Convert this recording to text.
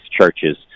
churches